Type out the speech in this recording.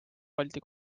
balti